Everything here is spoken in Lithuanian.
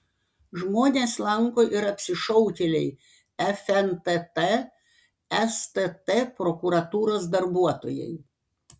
žmones lanko ir apsišaukėliai fntt stt prokuratūros darbuotojai